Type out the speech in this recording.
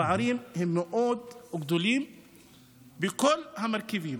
הפערים מאוד גדולים בכל המרכיבים: